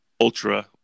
ultra